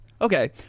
Okay